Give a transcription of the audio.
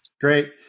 great